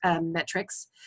metrics